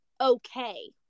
okay